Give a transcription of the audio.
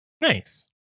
Nice